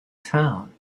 town